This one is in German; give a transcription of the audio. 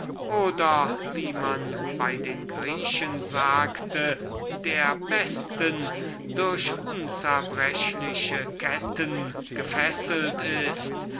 oder wie man bei den griechen sagte der besten durch unzerbrechliche ketten gefesselt ist